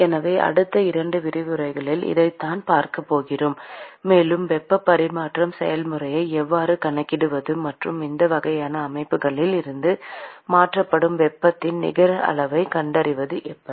எனவே அடுத்த இரண்டு விரிவுரைகளில் இதைத்தான் பார்க்கப் போகிறோம் மேலும் வெப்பப் பரிமாற்றச் செயல்முறையை எவ்வாறு கணக்கிடுவது மற்றும் இந்த வகையான அமைப்புகளில் இருந்து மாற்றப்படும் வெப்பத்தின் நிகர அளவைக் கண்டறிவது எப்படி